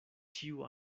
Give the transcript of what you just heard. ĉiu